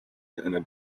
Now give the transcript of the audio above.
and